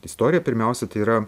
istorija pirmiausia tai yra